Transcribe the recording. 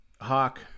Hawk